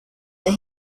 that